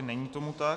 Není tomu tak.